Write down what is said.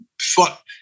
fuck